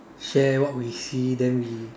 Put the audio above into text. share what we see then we